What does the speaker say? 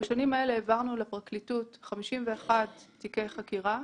בשנים האלו העברנו לפרקליטות 51 תיקי חקירה.